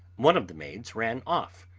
one of the maids ran off,